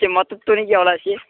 மொத்த துணிக்கு எவ்வளோ ஆச்சு